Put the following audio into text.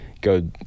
go